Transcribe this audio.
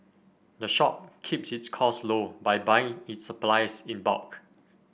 the shop keeps its costs low by buying its supplies in bulk